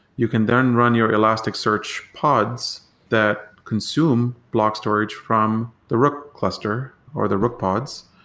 you can then run your elasticsearchpods that consume block storage from the rook cluster or the rook pods,